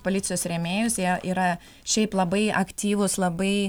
policijos rėmėjus jie yra šiaip labai aktyvūs labai